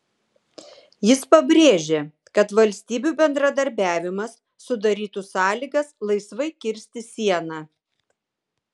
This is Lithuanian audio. jis pabrėžė kad valstybių bendradarbiavimas sudarytų sąlygas laisvai kirsti sieną